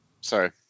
Sorry